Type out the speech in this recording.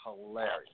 hilarious